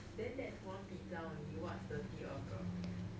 then that's one pizza only what's the 第二个